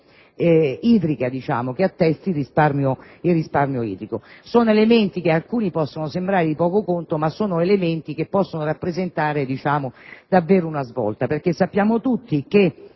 certificazione che attesti il risparmio idrico. Sono elementi che ad alcuni possono sembrare di poco conto, ma che possono rappresentare davvero una svolta perché sappiamo tutti che